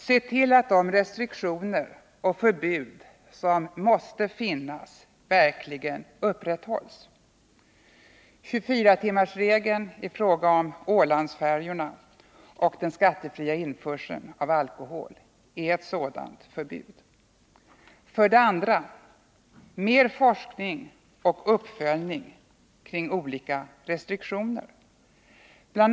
Se till att de restriktioner och förbud som måste finnas verkligen upprätthålls. 24-timmarsregeln i fråga om Ålandsfärjorna och den skattefria införseln av alkohol är ett sådant förbud. 2. Mer forskning och uppföljning kring olika restriktioner. Bl.